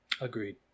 Agreed